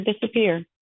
disappear